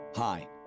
Hi